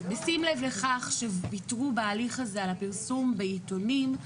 בשים לב לכך שוויתרו בהליך הזה על הפרסום בעיתונים,